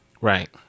right